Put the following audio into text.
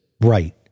Right